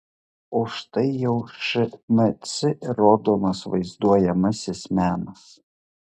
o štai jau šmc rodomas vaizduojamasis menas